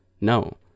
No